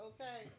Okay